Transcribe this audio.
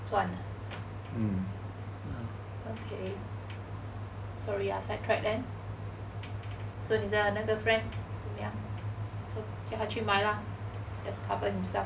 this [one] sorry ah sidetrack then so 你的那个 friend 怎么样叫他去买 lah just cover himself